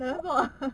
then what ah